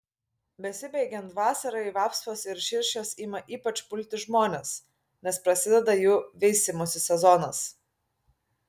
besibaigiant vasarai vapsvos ir širšės ima ypač pulti žmones nes prasideda jų veisimosi sezonas